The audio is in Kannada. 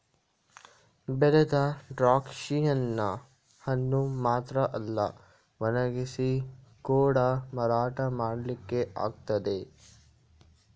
ಬೆಳೆದ ದ್ರಾಕ್ಷಿಯನ್ನ ಹಣ್ಣು ಮಾತ್ರ ಅಲ್ಲ ಒಣಗಿಸಿ ಕೂಡಾ ಮಾರಾಟ ಮಾಡ್ಲಿಕ್ಕೆ ಆಗ್ತದೆ